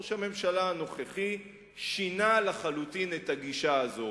ראש הממשלה הנוכחי שינה לחלוטין את הגישה הזאת